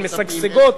הן משגשגות,